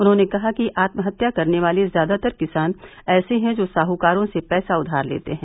उन्होंने कहा कि आत्महत्या करने वाले ज्यादातर किसान ऐसे हैं जो साहूकारों से पैसा उधार लेते हैं